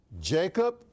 Jacob